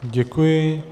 Děkuji.